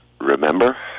Remember